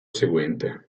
seguente